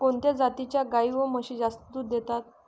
कोणत्या जातीच्या गाई व म्हशी जास्त दूध देतात?